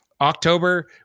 october